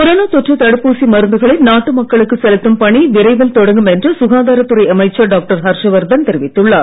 corona தொற்று தடுப்பூசி மருந்துகளை நாட்டு மக்களுக்கு செலுத்தும் பணி விரைவில் தொடங்கும் என்று சுகாதாரத் துறை அமைச்சர் டாக்டர் ஹர்ஷவர்தன் தெரிவித்துள்ளார்